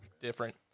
different